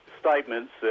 statements